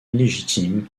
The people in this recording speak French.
illégitime